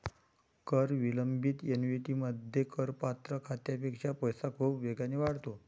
कर विलंबित ऍन्युइटीमध्ये, करपात्र खात्यापेक्षा पैसा खूप वेगाने वाढतो